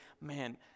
man